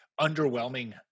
underwhelming